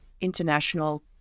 international